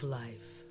life